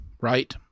right